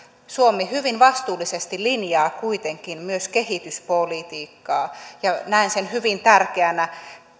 suomi hyvin vastuullisesti linjaa kuitenkin myös kehityspolitiikkaa ja näen sen hyvin tärkeänä